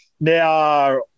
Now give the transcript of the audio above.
Now